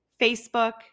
Facebook